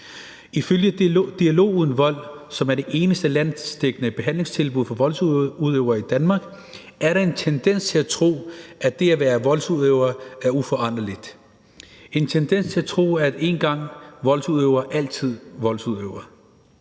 Ifølge Dialog mod Vold, som er det eneste landsdækkende behandlingstilbud for voldsudøvere i Danmark, er der en tendens til at tro, at det at være voldsudøver er uforanderligt, en tendens til at tro, at én gang voldsudøver, altid voldsudøver.